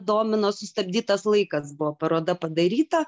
domino sustabdytas laikas buvo paroda padaryta